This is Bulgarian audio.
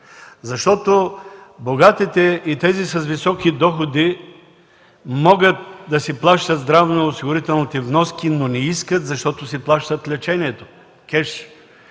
Богатите и тези с високи доходи могат да си плащат здравноосигурителните вноски, но не искат, защото си плащат лечението кеш.